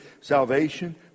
Salvation